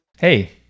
Hey